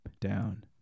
down